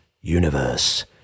universe